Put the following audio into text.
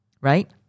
right